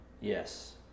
Yes